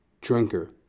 drinker